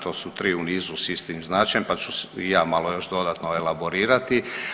To su tri u nizu sa istim značenjem, pa ću i ja malo još dodatno elaborirati.